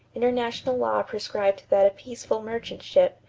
international law prescribed that a peaceful merchant ship,